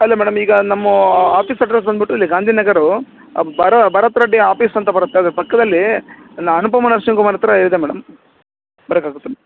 ಅಲ್ಲ ಮೇಡಮ್ ಈಗ ನಮ್ಮ ಆಪಿಸ್ ಹತ್ತಿರ ಬಂದುಬಿಟ್ಟು ಇದು ಗಾಂಧಿನಗರ ಬರ ಭರತ್ ರೆಡ್ಡಿ ಆಫೀಸ್ ಅಂತ ಬರುತ್ತೆ ಅದ್ರ ಪಕ್ಕದಲ್ಲಿ ನಾ ಅನುಪಮ ನರ್ಸಿಂಗ್ ಹೋಮ್ ಹತ್ತಿರ ಇದೆ ಮೇಡಮ್ ಬರೋಕಾಗುತ್ತಾ